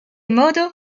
modo